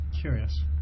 Curious